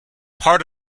part